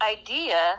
Idea